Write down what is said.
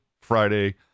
Friday